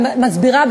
אני יודע.